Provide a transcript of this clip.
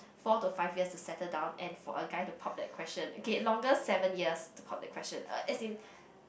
four to five years to settle down and for a guy to pop that question okay longest seven years to pop that question uh as in